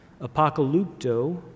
apocalypto